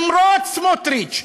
למרות סמוטריץ,